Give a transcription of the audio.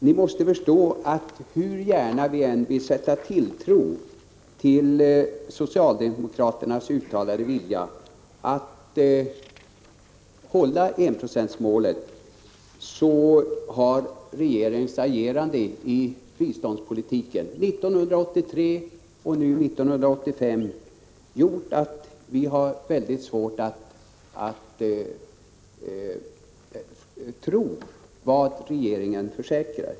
Ni måste förstå att hur gärna vi än vill sätta tilltro till socialdemokraternas uttalade vilja att hålla enprocentsmålet så har regeringens agerande i biståndspolitiken 1983 och 1985 gjort att vi har svårt att tro vad regeringen försäkrar.